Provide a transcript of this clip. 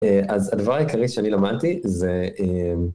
אז הדבר העיקרי שאני למדתי זה...